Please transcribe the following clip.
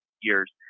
years